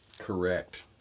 Correct